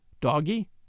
doggy